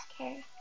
Okay